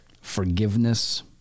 forgiveness